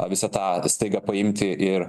visą tą staiga paimti ir